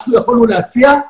אנחנו יכולנו להציע,